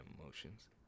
emotions